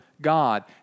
God